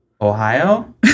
Ohio